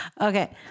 Okay